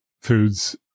foods